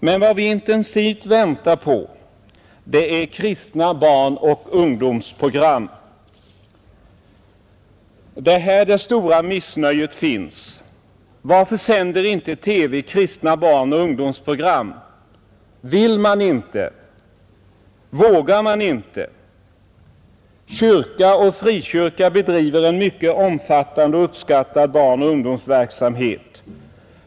Men vad vi intensivt väntar på är kristna barnoch ungdomsprogram. Det är här som det stora missnöjet finns. Varför sänder inte TV kristna barnoch ungdomsprogram? Vill man inte, eller vågar man inte? Kyrka och frikyrka bedriver en mycket omfattande och uppskattad barnoch ungdomsverksamhet.